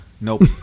Nope